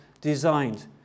designed